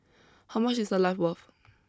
how much is a life worth